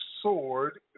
sword